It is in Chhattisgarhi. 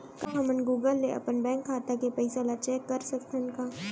का हमन गूगल ले अपन बैंक खाता के पइसा ला चेक कर सकथन का?